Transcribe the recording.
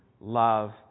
love